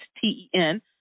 T-E-N